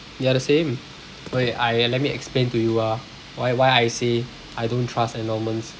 they are the same wait !aiya! let me explain to you ah why why I say I don't trust endowments